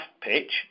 pitch